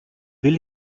will